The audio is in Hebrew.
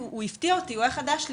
והוא הפתיע אותי, הוא היה חדש לי.